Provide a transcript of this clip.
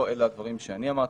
לא אלה הדברים שאני אמרתי.